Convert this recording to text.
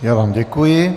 Já vám děkuji.